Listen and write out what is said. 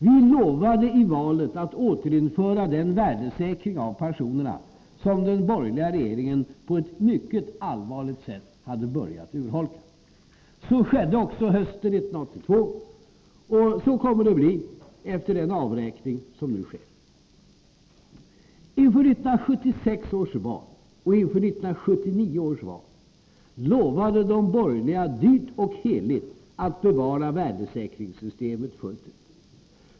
Vi lovade i valet att återinföra den värdesäkring av pensionerna som den borgerliga regeringen på ett mycket allvarligt sätt hade börjat urholka. Så skedde också hösten 1982, och så kommer det att bli efter den avräkning som nu sker. Inför 1976 års val och inför 1979 års val lovade de borgerliga dyrt och heligt att bevara värdesäkringssystemet fullt ut.